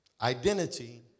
Identity